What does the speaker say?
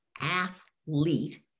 athlete